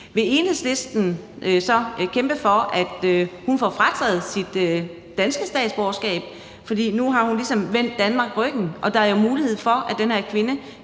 Vil Enhedslisten så kæmpe for, at hun får frataget sit danske statsborgerskab, fordi hun nu ligesom har vendt Danmark ryggen og der jo er en mulighed for, at den her kvinde